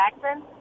Jackson